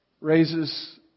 raises